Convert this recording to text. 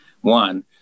one